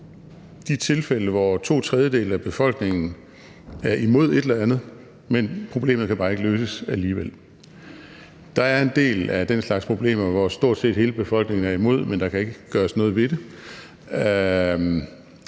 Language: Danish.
de tilfælde, hvor to tredjedele af befolkningen er imod et eller andet, men problemet bare ikke kan løses alligevel. Der er en del af den slags problemer, hvor stort set hele befolkningen er imod, men der kan ikke gøres noget ved det,